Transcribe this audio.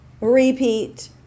repeat